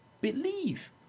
believe